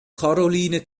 karoline